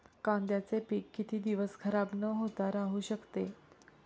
कांद्याचे पीक किती दिवस खराब न होता राहू शकते?